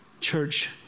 church